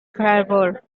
fervour